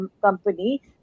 company